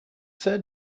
said